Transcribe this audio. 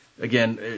again